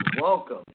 Welcome